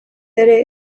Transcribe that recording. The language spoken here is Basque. ere